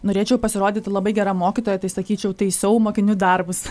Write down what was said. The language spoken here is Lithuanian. norėčiau pasirodyti labai gera mokytoja tai sakyčiau taisau mokinių darbus